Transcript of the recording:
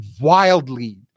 wildly